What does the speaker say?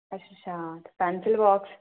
अच्छ अच्छा ते पेंसिल बाक्स